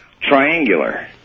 Triangular